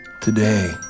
today